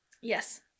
Yes